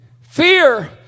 Fear